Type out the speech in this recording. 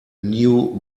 new